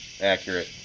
accurate